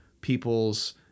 people's